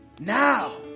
now